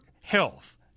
health